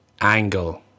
angle